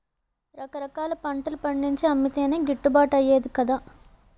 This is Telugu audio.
రకరకాల పంటలు పండించి అమ్మితేనే గిట్టుబాటు అయ్యేది కదా